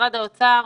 ממשרד האוצר,